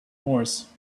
horse